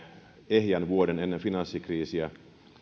ehjän vuoden ennen finanssikriisiä